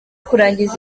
kurangiza